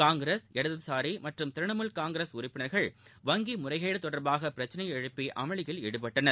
காங்கிரஸ் இடதுசாரி மற்றும் திரிணாமூல் காங்கிர்ஸ் உறுப்பினர்கள் வங்கி முறைகேடு தொடர்பாக பிரச்னையை எழுப்பி அமளியில் ஈடுபட்டனர்